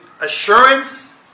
assurance